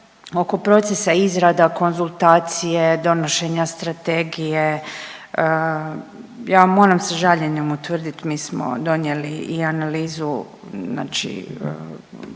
oko procesa izrada, konzultacije, donošenja strategije, ja moram sa žaljenjem utvrditi, mi smo donijeli i analizu znači